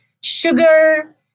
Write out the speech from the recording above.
sugar